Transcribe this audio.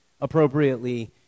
appropriately